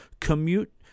commute